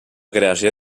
creació